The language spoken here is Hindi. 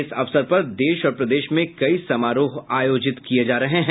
इस अवसर पर देश और प्रदेश में कई समारोह आयोजित किए जा रहे हैं